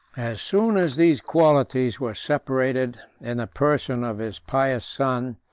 as soon as these qualities were separated in the person of his pious son,